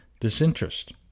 disinterest